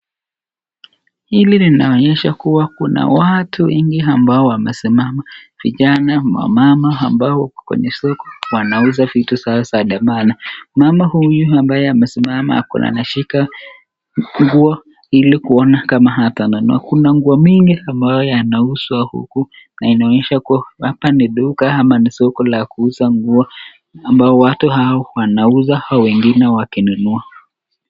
Hili linaonyesha kuwa kuna watu wengi ambao wamesimama, vijana wa mama ambao wako kwenye soko wanauza vitu zao za thamana. Mama huyu ambaye amesimama anashika nguo ili kuona kama atanunua. Kuna nguo mingi ambayo yanauzwa huku na inaonyesha kuwa hapa ni duka ama ni soko la kuuza nguo ambayo watu hao wanauza hao wengine wakinunua.